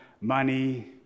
money